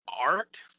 art